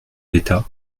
d’état